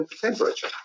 temperature